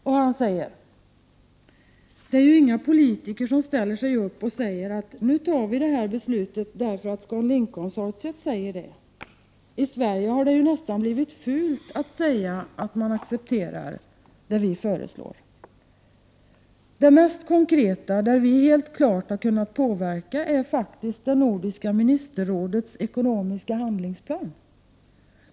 Henrik Bosch säger: ”Det är ju ingen politiker som ställer sig upp och säger att nu tar vi det här beslutet därför att ScanLink-projektet säger det. I Sverige har det ju nästan blivit fult att säga att man accepterar det vi föreslår. Det mest konkreta där vi helt klart har kunnat påverka är faktiskt Nordiska ministerrådets ekonomiska handlingsplan.